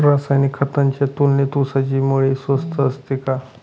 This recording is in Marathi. रासायनिक खतांच्या तुलनेत ऊसाची मळी स्वस्त असते का?